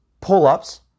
pull-ups